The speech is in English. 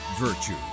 Virtue